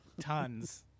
Tons